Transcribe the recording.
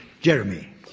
Jeremy